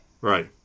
Right